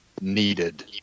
needed